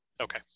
okay